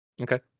Okay